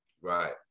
Right